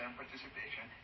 participation